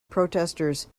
protesters